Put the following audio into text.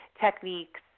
techniques